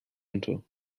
unter